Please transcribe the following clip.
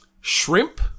shrimp